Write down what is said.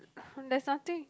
uh there's nothing